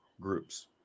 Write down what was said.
groups